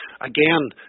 again